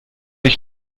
ich